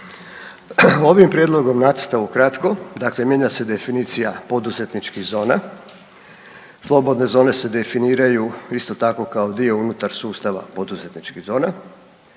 Ovim prijedlogom nacrta ukratko, dakle mijenja se definicija poduzetničkih zona. Slobodne zone se definiraju, isto tako, kao dio unutar sustava poduzetničkih zona,